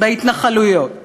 בהתנחלויות